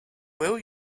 will